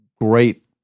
great